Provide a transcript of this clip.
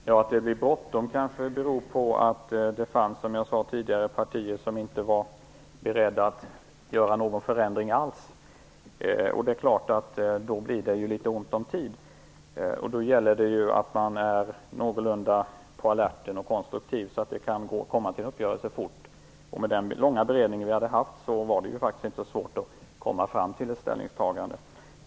Herr talman! Att det var bråttom kanske beror på att det fanns partier som inte var beredda att göra någon förändring alls, som jag sade tidigare. Då blir det ju litet ont om tid. Då gäller det att man är någorlunda på alerten och konstruktiv så att det kan komma en uppgörelse fort. Med den långa beredning som vi hade haft var det faktiskt inte så svårt att komma fram till ett ställningstagande.